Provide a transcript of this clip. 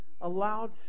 allowed